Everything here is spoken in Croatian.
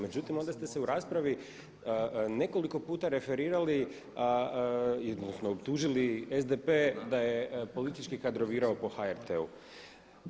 Međutim onda ste se u raspravi nekoliko puta referirali odnosno optužili SDP da je politički kadrovirao po HRT-u.